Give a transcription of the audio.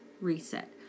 reset